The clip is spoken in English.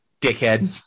dickhead